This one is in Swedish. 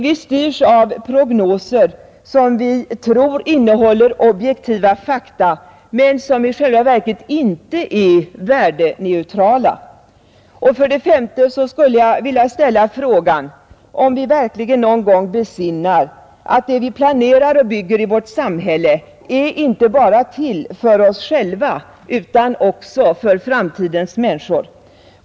Vi styrs av prognoser som vi tror innehåller objektiva fakta men som i själva verket inte är värdeneutrala. För det femte skulle jag vilja ställa frågan om vi verkligen någon gång besinnar att det vi planerar och bygger i vårt samhälle inte bara är till för oss själva utan också för framtidens människor.